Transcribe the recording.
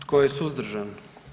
Tko je suzdržan?